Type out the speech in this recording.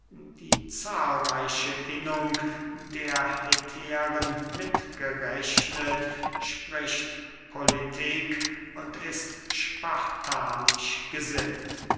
die zahlreiche innung der hetären mitgerechnet spricht politik und ist spartanisch gesinnt